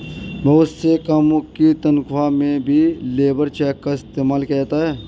बहुत से कामों की तन्ख्वाह में भी लेबर चेक का इस्तेमाल किया जाता है